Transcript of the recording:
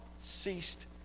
ceased